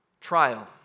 trial